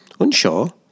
Unsure